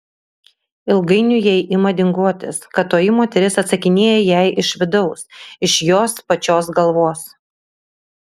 ilgainiui jai ima dingotis kad toji moteris atsakinėja jai iš vidaus iš jos pačios galvos